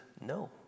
no